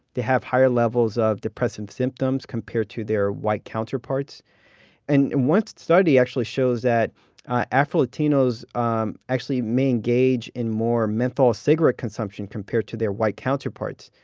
they have higher levels of depressive symptoms compared to their white counterparts and one study actually shows that afro-latinos um actually may engage in more menthol cigarette consumption compared to their white counterparts.